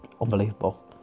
Unbelievable